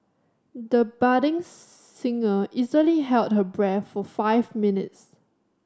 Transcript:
the budding singer easily held her breath for five minutes